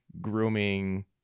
grooming